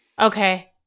Okay